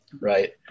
right